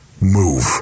move